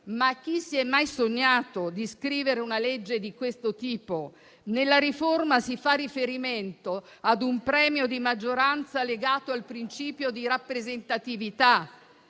Ma chi si è mai sognato di scrivere una legge di questo tipo? Nella riforma si fa riferimento a un premio di maggioranza legato al principio di rappresentatività